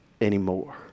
Anymore